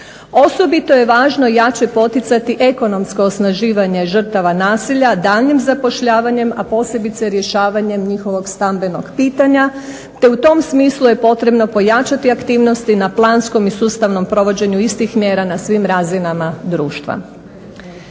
Osobito je važno jače poticati ekonomsko osnaživanje žrtava nasilja daljnjim zapošljavanjem, a posebice rješavanjem njihovog stambenog pitanja, te u tom smislu je potrebno pojačati aktivnosti na planskom i sustavnom provođenju istih mjera na svim razinama društva.